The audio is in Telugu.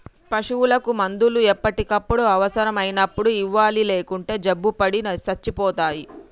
పశువులకు మందులు ఎప్పటికప్పుడు అవసరం అయినప్పుడు ఇవ్వాలి లేకుంటే జబ్బుపడి సచ్చిపోతాయి